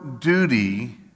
duty